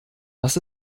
was